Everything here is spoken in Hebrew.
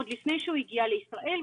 עוד לפני שהוא הגיע לישראל,